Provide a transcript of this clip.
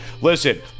Listen